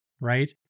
right